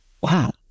Wow